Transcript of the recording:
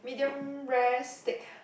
medium rare steak